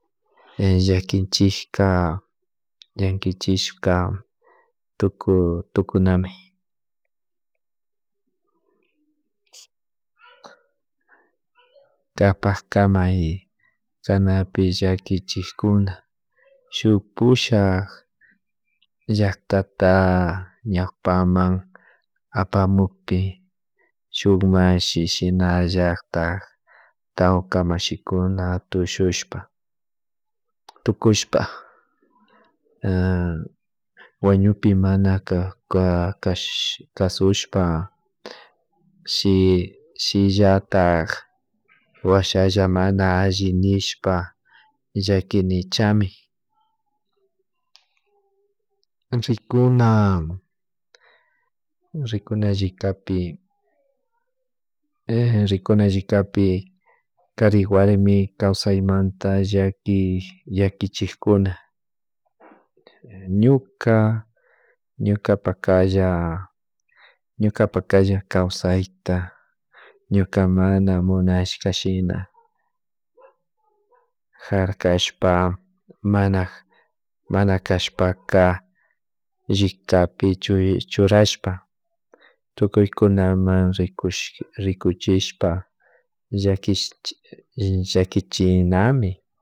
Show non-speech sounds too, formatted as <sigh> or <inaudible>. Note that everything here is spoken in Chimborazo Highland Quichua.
<hesitation> llakichika llakichishka tukuy tukunami <noise> kapak kamay kanapi llakichikuna shuk pushak llaktata ñawpaman apamukpi shuk mashi shinallatak tawka mashikuna tusgushpa, tukushpa <hesitation> wañukpi mana kakash kasushpa <hesitation> sillatak washalla mana alli nishpa llakinichami, rikuna rina alli kakapi <hesitation> rikuna alli kakapi kari warmi kawsaymanta llaki llakichikuna ñuka ñuka pakalla, ñuka pakalla kawsayta, ñuka mana munashka shina jarkashpa mana mana kashpaka llikapi churashpa tukuykunaman rikush rikuchishka llakish llakichinami